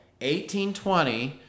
1820